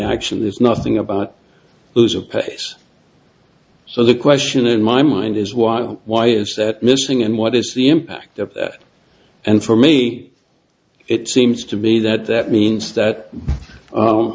action there is nothing about those of pace so the question in my mind is why why is that missing and what is the impact of that and for me it seems to me that that means that